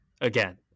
again